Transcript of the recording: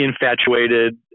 infatuated